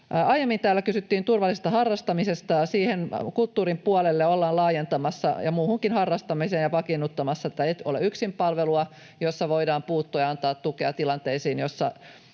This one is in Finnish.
Aiemmin täällä kysyttiin turvallisesta harrastamisesta. Kulttuurin puolelle ollaan laajentamassa, ja muuhunkin harrastamiseen, ja vakiinnuttamassa tätä Et ole yksin ‑palvelua, jossa voidaan puuttua ja antaa tukea tilanteisiin,